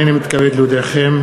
הנני מתכבד להודיעכם,